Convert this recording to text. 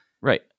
Right